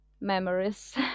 memories